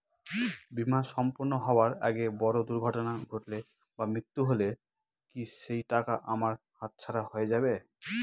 বীমা সম্পূর্ণ হওয়ার আগে বড় দুর্ঘটনা ঘটলে বা মৃত্যু হলে কি সেইটাকা আমার হাতছাড়া হয়ে যাবে?